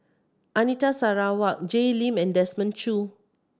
Anita Sarawak Jay Lim and Desmond Choo